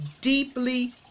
deeply